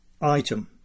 Item